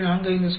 452 X 4